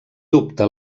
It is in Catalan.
dubte